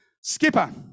skipper